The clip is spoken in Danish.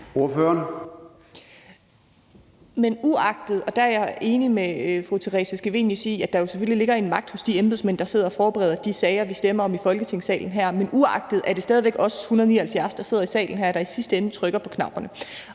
Abildgaard (KF): Jeg er enig med fru Theresa Scavenius i, at der selvfølgelig ligger en magt hos de embedsmænd, der sidder og forbereder de sager, vi stemmer om her i Folketingssalen. Men desuagtet er det stadig os 179 medlemmer, der sidder her i salen, der i sidste ende trykker på knapperne.